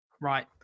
Right